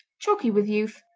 chalky with youth,